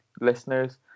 listeners